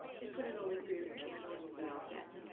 just put in a link for your your channel, and you'll be all set.